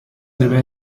deve